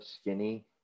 skinny